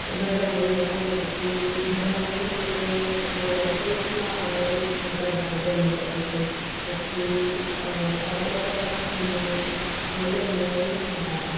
ઘરે આવી ગયા અને પછી ઘરે આવીને અમે વોફેલ્સનો ઓડર કરતાં ઝૉમેટો પરથી પછી ઓડર કરતાં અને એટલે મંગાવીને ખાતા હતા